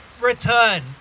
return